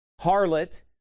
harlot